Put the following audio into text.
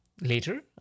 later